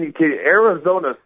Arizona